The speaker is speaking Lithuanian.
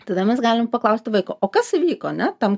tada mes galim paklausti vaiko o kas įvyko ane tam